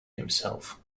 himself